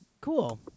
Cool